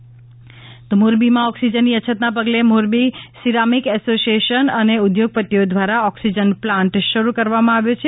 Morbi oxygen plant મોરબીમાં ઓકસીજનની છતના પગલે મોરબી સીરામીક એસોસીએશન ને ઉદ્યોગપતિઓ ધ્વારા ઓકસીજન પ્લાન્ટ શરૂ કરવામાં આવ્યો છે